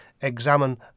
examine